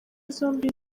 zombi